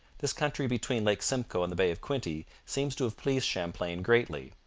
this country between lake simcoe and the bay of quinte seems to have pleased champlain greatly.